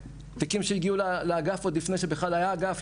תיקים שהגיעו לאגף עוד לפני שהיה אגף,